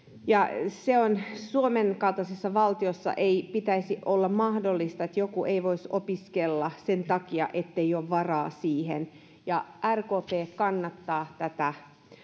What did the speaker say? suomen kaltaisessa valtiossa ei pitäisi olla mahdollista että joku ei voisi opiskella sen takia ettei ole varaa siihen ja rkp kannattaa